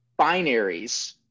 binaries